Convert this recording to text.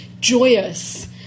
joyous